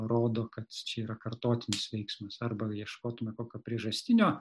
rodo kad čia yra kartotinis veiksmas arba ieškotume kokio priežastinio